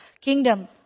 kingdom